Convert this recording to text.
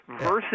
versus